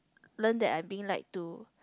learn that I'm being lied to